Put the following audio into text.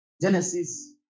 Genesis